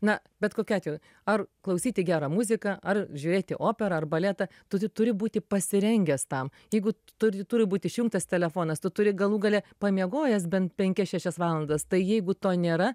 na bet kokiu atveju ar klausyti gerą muziką ar žiūrėti operą ar baletą tu turi būti pasirengęs tam jeigu t tur turi būt išjungtas telefonas tu turi galų gale pamiegojęs bent penkias šešias valandas tai jeigu to nėra